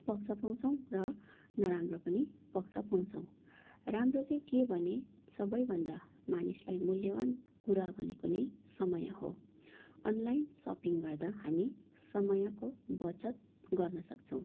पक्ष पाउँछौँ र नराम्रो पनि पक्ष पाउँछौँ राम्रो चाहिँ के भने सबैभन्दा मानिसलाई मूल्यवान् कुरा भनेको नै समय हो अनलाइन सपिङ गर्दा हामी समयको बचत गर्नसक्छौँ